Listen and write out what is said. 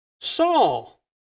Saul